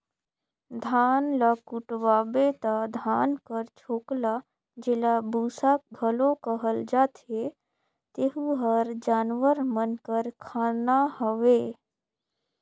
धान ल कुटवाबे ता धान कर छोकला जेला बूसा घलो कहल जाथे तेहू हर जानवर मन कर खाना हवे